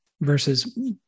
versus